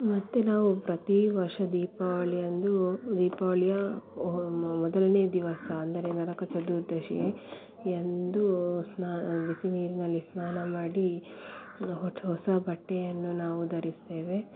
ಮತ್ತು ನಾವು ಪ್ರತೀ ವರ್ಷ ದೀಪಾವಳಿಯಂದು ದೀಪಾವಳಿಯ ಮೊದಲನೇ ದಿವಸ ಅಂದರೆ ನರಕ ಚತುರ್ದಶಿಯಂದು ಸ್ನಾನ ಬಿಸಿ ನೀರಿನಲ್ಲಿ ಸ್ನಾನ ಮಾಡಿ ಹೊಟ್ ಹೊಸ ಬಟ್ಟೆಯನ್ನು ನಾವು ಧರಿಸ್ತೇವೆ